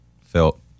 felt